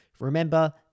Remember